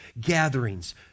gatherings